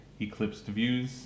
#EclipsedViews